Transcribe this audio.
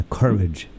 courage